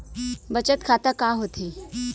बचत खाता का होथे?